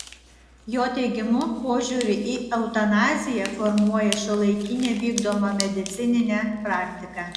jo teigimu požiūrį į eutanaziją formuoja šiuolaikinė vykdoma medicininė praktika